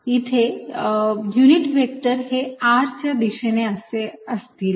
इथे unit vector हे r च्या दिशेने असे असतील